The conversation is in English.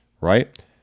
right